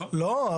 אני לא יודע,